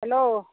hello